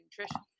nutrition